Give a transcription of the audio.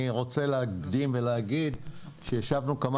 אני רוצה להקדים ולהגיד שישבנו כמה